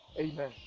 amen